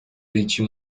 هیچی